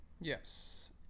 yes